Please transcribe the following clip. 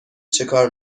چکار